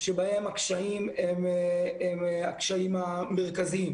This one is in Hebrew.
שבהן הקשיים הם הקשיים המרכזיים,